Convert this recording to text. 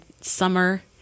summer